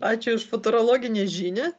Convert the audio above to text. ačiū už futūrologinę žinią